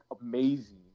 amazing